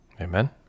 Amen